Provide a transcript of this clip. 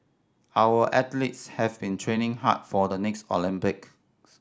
our athletes have been training hard for the next Olympics